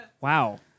Wow